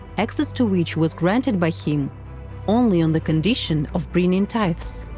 access to which was granted by him only on the condition of bringing tithes.